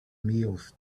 meals